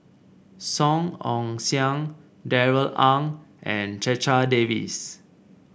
Song Ong Siang Darrell Ang and Checha Davies